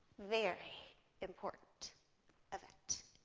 very important event.